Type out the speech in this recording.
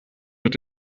mit